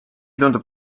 tundub